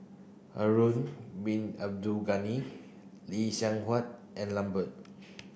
Harun Bin Abdul Ghani Lee Seng Huat and Lambert